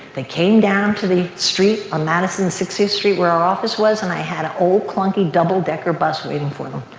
they came down to the street on madison and sixth street where our office was and i had an old clunky double decker bus waiting for them.